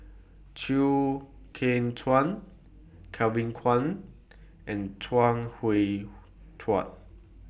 Chew Kheng Chuan Kevin Kwan and Chuang Hui Tsuan